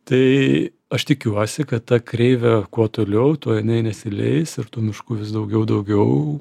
tai aš tikiuosi kad ta kreivė kuo toliau tuo jinai nesileis ir tų miškų vis daugiau daugiau